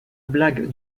blague